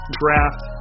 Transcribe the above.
draft